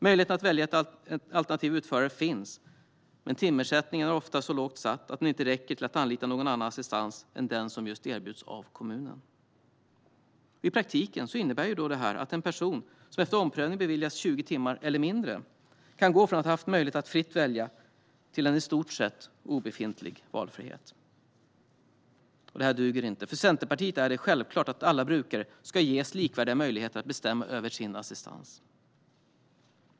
Möjligheten att välja en alternativ utförare finns, men timersättningen är ofta så lågt satt att den inte räcker till att anlita någon annan assistans än den som erbjuds av kommunen. I praktiken innebär detta att en person som efter omprövning beviljas 20 timmar eller mindre kan gå från att ha haft möjlighet att fritt välja till en i stort sett obefintlig valfrihet. Det här duger inte. För Centerpartiet är det självklart att alla brukare ska ges likvärdiga möjligheter att bestämma över sin assistans.